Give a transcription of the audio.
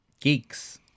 geeks